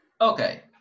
Okay